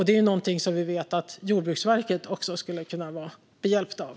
Det är någonting som vi vet att Jordbruksverket också skulle kunna vara behjälpt av.